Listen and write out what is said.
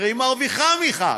הרי היא מרוויחה מכך.